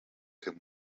him